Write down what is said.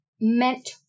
meant